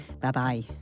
Bye-bye